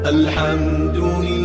Alhamdulillah